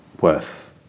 worth